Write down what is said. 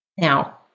Now